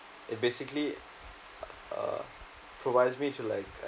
it basically uh provides me to like